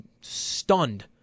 stunned